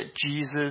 Jesus